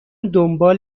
دنبال